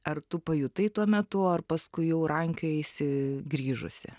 ar tu pajutai tuo metu ar paskui jau rankiojaisi grįžusi